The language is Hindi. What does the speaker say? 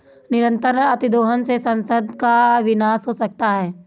निरंतर अतिदोहन से संसाधन का विनाश हो सकता है